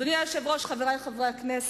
אדוני היושב-ראש, חברי חברי הכנסת,